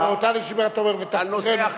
באותה נשימה אתה אומר "ותחזירנו בשלום".